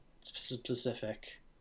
specific